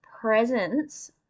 presence